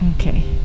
Okay